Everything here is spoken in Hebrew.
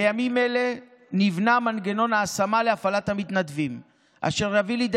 בימים אלה נבנה מנגנון ההשמה להפעלת המתנדבים אשר יביא לידי